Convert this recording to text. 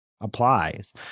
applies